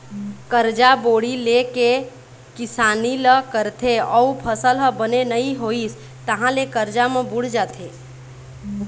करजा बोड़ी ले के किसानी ल करथे अउ फसल ह बने नइ होइस तहाँ ले करजा म बूड़ जाथे